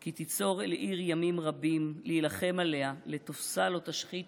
"כי תצור אל עיר ימים רבים להלחם עליה לתפשה לא תשחית